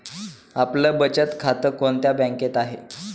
आपलं बचत खातं कोणत्या बँकेत आहे?